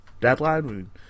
deadline